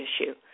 issue